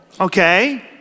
okay